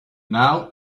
now